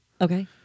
Okay